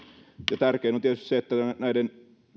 ja tärkein on tietysti se että